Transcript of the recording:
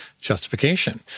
Justification